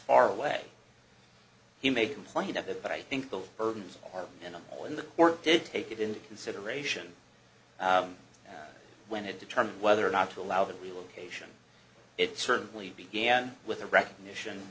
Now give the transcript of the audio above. far away he may complain of it but i think the burdens are minimal in the work did take it into consideration when to determine whether or not to allow the relocation it certainly began with the recognition